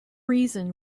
reason